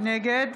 נגד